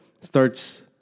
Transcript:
starts